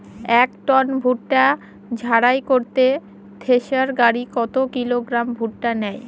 এক টন ভুট্টা ঝাড়াই করতে থেসার গাড়ী কত কিলোগ্রাম ভুট্টা নেয়?